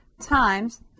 times